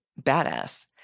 badass